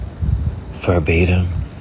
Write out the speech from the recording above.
verbatim